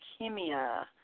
leukemia